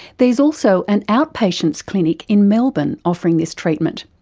there is also an outpatients clinic in melbourne offering this treatment,